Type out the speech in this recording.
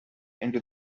into